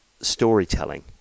storytelling